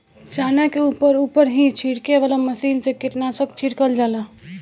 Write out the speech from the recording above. चना के ऊपर ऊपर ही छिड़के वाला मशीन से कीटनाशक छिड़कल जाला